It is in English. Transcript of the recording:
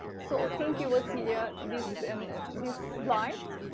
so thank you wassila yeah this and this light.